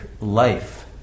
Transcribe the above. life